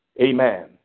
Amen